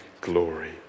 glory